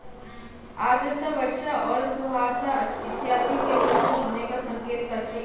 आर्द्रता वर्षा और कुहासा इत्यादि के मौजूद होने का संकेत करती है